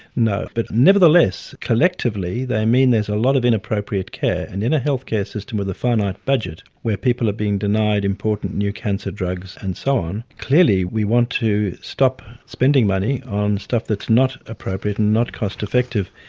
no, but nevertheless collectively they mean there's a lot of inappropriate care and in a health care system with a finite budget where people are being denied important new cancer drugs and so on clearly we want to stop spending money on stuff that's not appropriate and not cost effective.